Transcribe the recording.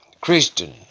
Christian